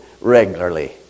regularly